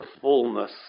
fullness